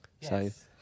yes